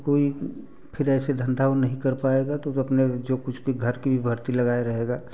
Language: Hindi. कोई फिर ऐसे धंधा नहीं कर पायेगा तो अपने जो कुछ घर की भर्ती लगाए रहेगा